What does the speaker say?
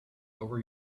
over